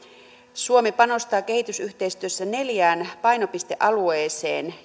suomi panostaa kehitysyhteistyössä neljään painopistealueeseen